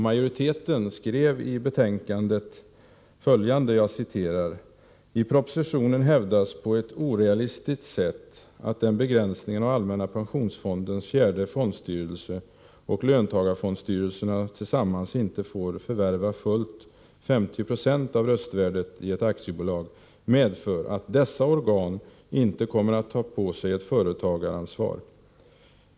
Majoriteten skrev i sitt yttrande följande: ”I propositionen hävdas på ett orealistiskt sätt att den begränsningen att allmänna pensionfondens fjärde fondstyrelse och löntagarfondstyrelserna tillsammans inte får förvärva fullt 50 96 av röstvärdet i ett aktiebolag medför att dessa organ inte kommer att ta på sig ett företagaransvar.